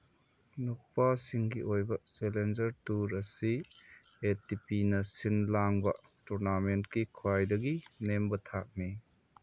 ꯅꯨꯄꯥꯁꯤꯡꯒꯤ ꯑꯣꯏꯕ challenger tour ꯑꯁꯤ A T ꯄꯤꯅ ꯁꯤꯟ ꯂꯥꯡꯕ ꯇꯣꯔꯅꯥꯃꯦꯟꯀꯤ ꯈ꯭ꯋꯥꯏꯗꯒꯤ ꯅꯦꯝꯕ ꯊꯥꯛꯅꯤ